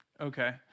Okay